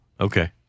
Okay